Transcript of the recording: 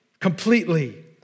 completely